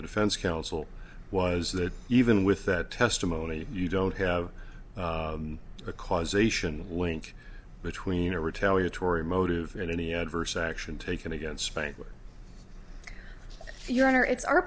the defense counsel was that even with that testimony you don't have a causation link between a retaliatory motive and any adverse action taken against spain your honor it's our